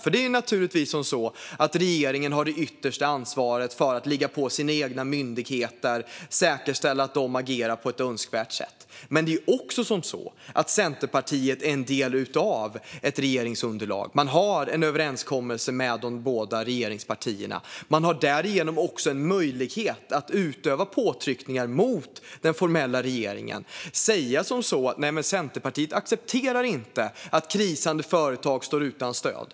Regeringen har naturligtvis det yttersta ansvaret för att ligga på sina egna myndigheter och säkerställa att de agerar på ett önskvärt sätt. Men Centerpartiet är samtidigt del av ett regeringsunderlag. Man har en överenskommelse med de båda regeringspartierna. Man har därigenom också en möjlighet att utöva påtryckningar mot den formella regeringen. Man kan säga som så: Centerpartiet accepterar inte att krisande företag står utan stöd.